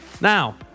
Now